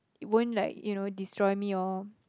it won't like destroy me or